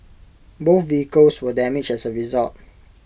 both vehicles were damaged as A result